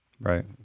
Right